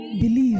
Believe